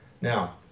Now